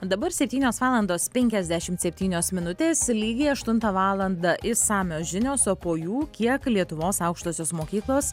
dabar septynios valandos penkiasdešimt septynios minutės lygiai aštuntą valandą išsamios žinios o po jų kiek lietuvos aukštosios mokyklos